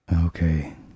Okay